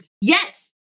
Yes